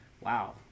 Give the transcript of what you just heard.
Wow